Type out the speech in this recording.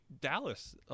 Dallas